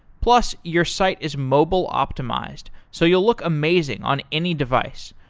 plus, your site is mobile optimized so you'll look amazing on any device.